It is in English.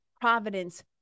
providence